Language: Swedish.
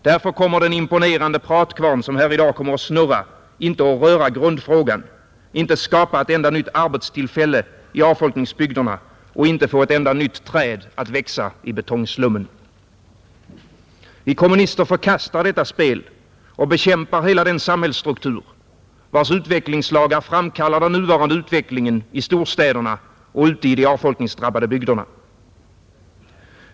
Därför kommer den imponerande pratkvarn som här i dag kommer att snurra inte att röra grundfrågan, inte att skapa ett enda nytt arbetstillfälle i avfolkningsbygderna och inte att få ett enda nytt träd att växa i betongslummen. Vi kommunister förkastar detta spel och bekämpar hela den samhällsstruktur, vars utvecklingslagar framkallar den nuvarande utvecklingen i storstäderna och ute i de avfolkningsdrabbade bygderna.